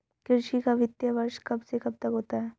कृषि का वित्तीय वर्ष कब से कब तक होता है?